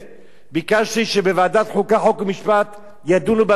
ביקשתי שבוועדת חוקה, חוק ומשפט ידונו בנושא הזה.